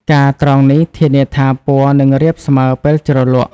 ការត្រងនេះធានាថាពណ៌នឹងរាបស្មើពេលជ្រលក់។